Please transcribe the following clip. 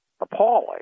appalling